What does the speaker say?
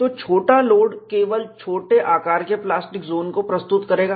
तो छोटा लोड केवल छोटे आकार के प्लास्टिक जोन को प्रस्तुत करेगा